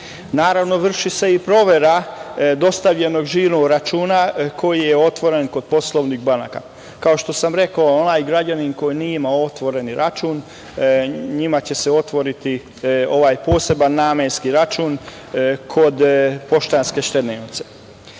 tačni. Naravno, vrši se i provera dostavljenog žiro-računa koji je otvoren kod poslovnih banaka. Kao što sam rekao, onaj građanin koji nije imao otvoren račun, njima će se otvoriti poseban namenski račun kod „Poštanske štedionice“.